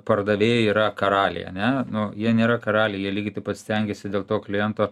pardavėjai yra karaliai ane nu jie nėra karaliai jie lygiai taip pat stengiasi dėl to kliento